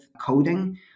coding